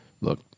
look